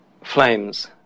flames